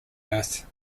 earth